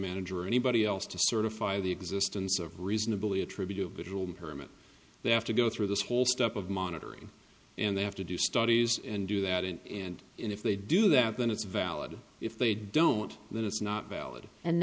manager or anybody else to certify the existence of reasonably attribute visual impairment they have to go through this whole step of monitoring and they have to do studies and do that and if they do that then it's valid if they don't then it's not valid and